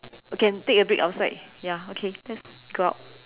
we can take a break outside ya okay let's go out